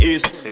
East